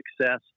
success